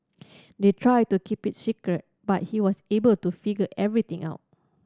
they tried to keep it secret but he was able to figure everything out